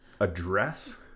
address